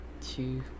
Two